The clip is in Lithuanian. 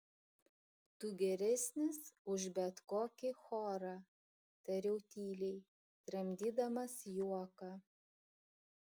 tu geresnis už bet kokį chorą tariau tyliai tramdydamas juoką